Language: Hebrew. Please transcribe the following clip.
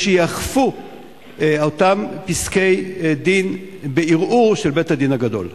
שייאכפו אותם פסקי-דין בערעור של בית-הדין הגדול?